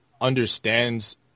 understands